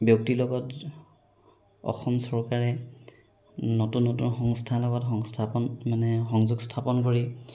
ব্যক্তিৰ লগত অসম চৰকাৰে নতুন নতুন সংস্থাৰ লগত সংস্থাপন মানে সংযোগ স্থাপন কৰি